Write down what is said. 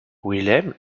wilhelm